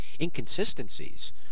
inconsistencies